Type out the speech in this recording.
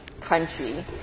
country